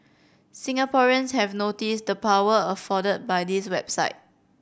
Singaporeans have noticed the power afforded by this website